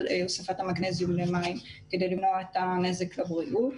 הוספת המגנזיום למים כדי למנוע את הנזק לבריאות.